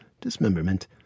dismemberment